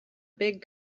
big